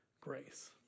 grace